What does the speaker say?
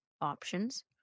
options